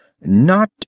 Not